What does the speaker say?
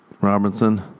Robinson